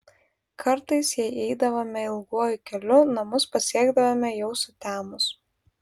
kartais jei eidavome ilguoju keliu namus pasiekdavome jau sutemus